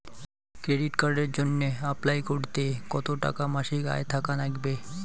Credit কার্ডের জইন্যে apply করিতে কতো টাকা মাসিক আয় থাকা নাগবে?